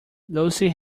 lucy